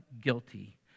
guilty